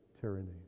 tyranny